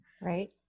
Right